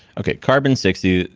okay. carbon sixty,